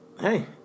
hey